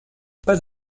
pas